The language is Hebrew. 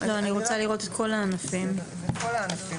לא ככה בדיוק,